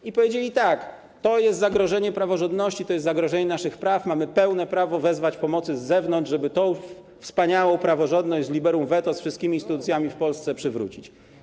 I powiedzieli tak: to jest zagrożenie praworządności, to jest zagrożenie naszych praw, mamy pełne prawo wezwać pomoc z zewnątrz, żeby tę wspaniałą praworządność z liberum veto, ze wszystkimi instytucjami w Polsce przywrócić.